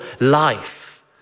life